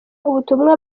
ubutumwa